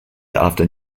after